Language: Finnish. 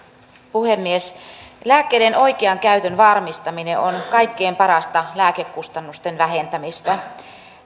puhemies lääkkeiden oikean käytön varmistaminen on kaikkein parasta lääkekustannusten vähentämistä